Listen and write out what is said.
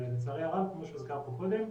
לצערי הרב כמו שהוזכר פה קודם,